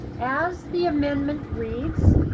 as the amendment reads